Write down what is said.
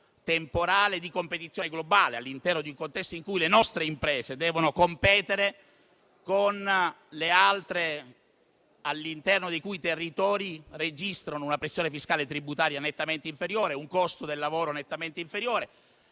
temporale di competizione globale, un contesto in cui le nostre imprese devono competere con altre imprese che, all'interno dei rispettivi territori, registrano una pressione fiscale e tributaria nettamente inferiore e un costo del lavoro nettamente inferiore